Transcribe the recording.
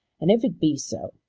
and if it be so,